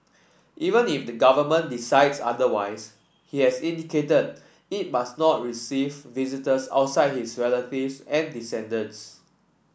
even if the government decides otherwise he has indicated it must not receive visitors outside his relatives and descendants